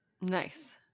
nice